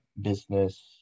business